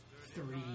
Three